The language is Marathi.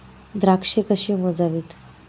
द्राक्षे कशी मोजावीत?